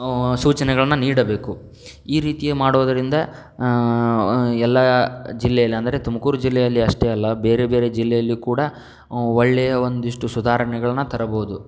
ಸೂಚನೆಗಳನ್ನು ನೀಡಬೇಕು ಈ ರೀತಿಯ ಮಾಡೋದರಿಂದ ಎಲ್ಲಾ ಜಿಲ್ಲೆಯಲ್ಲಿ ಅಂದರೆ ತುಮಕೂರು ಜಿಲ್ಲೆಯಲ್ಲಿ ಅಷ್ಟೇ ಅಲ್ಲ ಬೇರೆ ಬೇರೆ ಜಿಲ್ಲೆಯಲ್ಲು ಕೂಡ ಒಳ್ಳೆಯ ಒಂದಷ್ಟು ಸುಧಾರಣೆಗಳ್ನ ತರಬೋದು